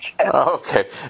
okay